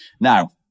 Now